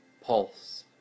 Pulse